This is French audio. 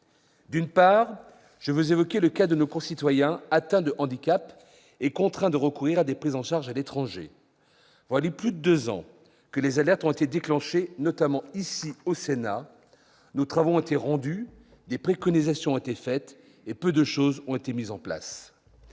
lieu, je veux évoquer le cas de nos concitoyens atteints de handicap et contraints de recourir à des prises en charge à l'étranger. Voilà plus de deux ans que les alertes ont été déclenchées, notamment ici, au Sénat. Nous avons rendu des travaux, des préconisations ont été faites, mais peu de chose a été accompli.